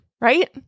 right